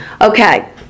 Okay